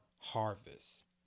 harvest